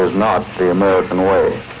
not the american way.